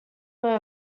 were